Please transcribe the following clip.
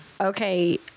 okay